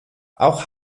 auch